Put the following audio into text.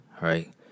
right